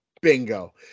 Bingo